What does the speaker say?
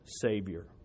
savior